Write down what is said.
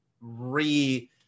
re